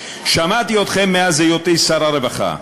שמעתי אתכם מאז היותי שר הרווחה,